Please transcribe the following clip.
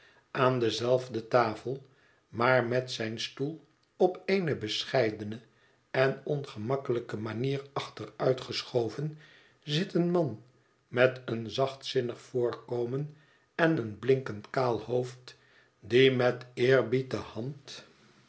aan dezelfde tafel maar met zijn stoel op eene bescheidene en ongemakkelijke manier achteruitgeschoven zit een man met een zachtzinnig voorkomen en een blinkend kaal hoofd die met eerbied de hand